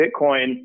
Bitcoin